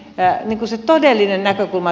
pääni tosi todellinen näkökulma